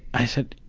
i said,